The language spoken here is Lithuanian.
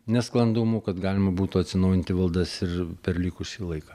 nesklandumų kad galima būtų atsinaujinti valdas ir per likusį laiką